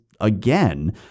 again